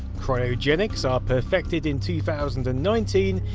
cryogenics are perfected in two thousand and nineteen,